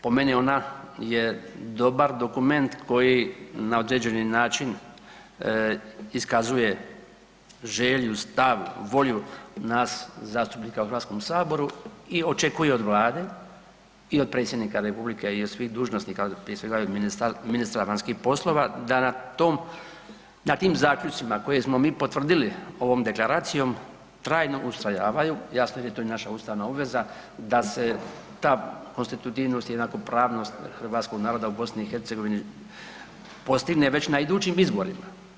Po meni ona je dobar dokument koji na određeni način iskazuje želju, stav, volju nas zastupnika u Hrvatskom saboru i očekuje od Vlade i od Predsjednika Republike i od svih dužnosnika, prije svega i od ministra vanjskih poslova da na tim zaključcima koje smo mi potvrdili ovom Deklaracijom trajno ustrajavaju, jasno jer je i to naša ustavna obveza, da se ta konstitutivnost, jednakopravnost Hrvatskog naroda u Bosni i Hercegovini postigne već na idućim izborima.